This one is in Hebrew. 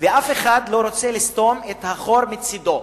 ואף אחד לא רוצה לסתום את החור מצדו.